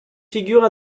figures